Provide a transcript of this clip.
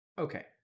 Okay